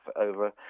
over